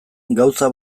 gauza